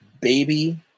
Baby